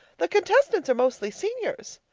the contestants are mostly seniors.